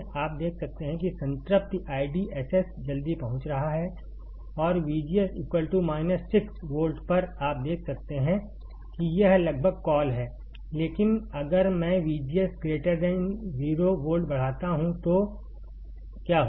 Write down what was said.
आप देख सकते हैं कि संतृप्ति IDSS जल्दी पहुंच रहा है और VGS 6 वोल्ट पर आप देख सकते हैं कि यह लगभग कॉल है लेकिन अगर मैं VGS 0 वोल्ट बढ़ाता हूं तो क्या होगा